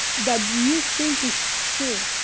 that you think it's true,